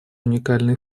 уникальный